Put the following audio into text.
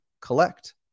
collect